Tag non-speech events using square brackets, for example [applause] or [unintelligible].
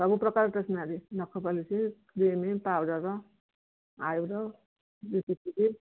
ସବୁ ପ୍ରକାର ଷ୍ଟେସ୍ନାରୀ ନଖପାଲିସି କ୍ରିମ୍ ପାଉଡ଼ର୍ [unintelligible]